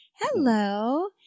Hello